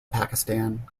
pakistan